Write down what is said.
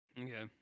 Okay